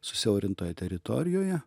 susiaurintoje teritorijoje